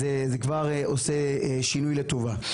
אז זה כבר עושה שינוי לטובה.